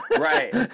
Right